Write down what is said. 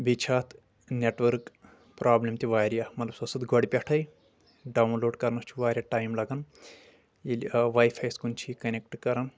بیٚیہِ چھ اتھ نٮ۪ٹ ورک پرابلم تہِ واریاہ مطلب سۄ ٲس اتھ گۄڈٕ پٮ۪ٹھے ڈاوُن لوڈ کرنس چھُ واریاہ ٹایِم لگان ییٚلہِ واے فایس کُن چھِ یہِ کنیکٹ کران